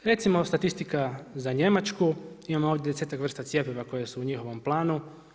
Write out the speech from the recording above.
Recimo statistika za Njemačku, imamo ovdje desetak vrsta cjepiva koje su u njihovom planu.